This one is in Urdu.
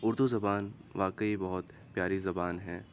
اردو زبان واقعی بہت پیاری زبان ہیں